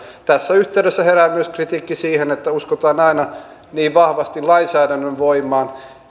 tässä yhteydessä herää myös kritiikki siihen että uskotaan aina niin vahvasti lainsäädännön voimaan